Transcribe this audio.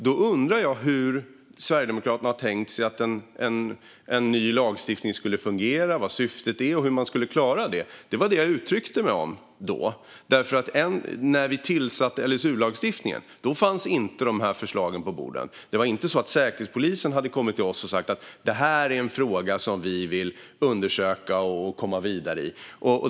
Då undrar jag hur Sverigedemokraterna har tänkt sig att en ny lagstiftning skulle fungera, vad syftet är och hur man skulle klara detta. Det var detta jag uttryckte mig om. När vi tillsatte LSU-utredningen fanns inte dessa förslag på bordet. Det var inte så att Säkerhetspolisen hade kommit till oss och sagt att detta var en fråga som de ville undersöka och komma vidare i.